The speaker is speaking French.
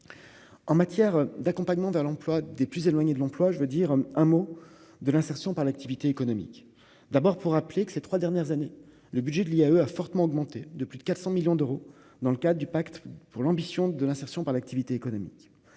en matière d'accompagnement dans l'emploi des plus éloignés de l'emploi, je veux dire un mot de l'insertion par l'activité économique, d'abord pour rappeler que ces 3 dernières années, le budget de l'IAE a fortement augmenté de plus de 400 millions d'euros dans le cadre du pacte pour l'ambition de l'insertion par l'activité économique